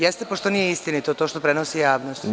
Jeste, pošto nije istinito to što prenosi javnosti.